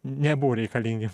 nebuvo reikalingi